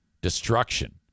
destruction